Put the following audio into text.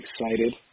excited